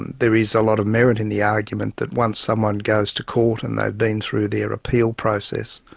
and there is a lot of merit in the argument that once someone goes to court and they've been through their appeal process,